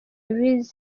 luiz